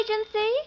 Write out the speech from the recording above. agency